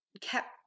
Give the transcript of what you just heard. kept